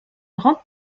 grande